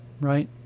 right